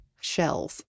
shells